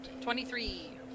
Twenty-three